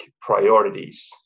priorities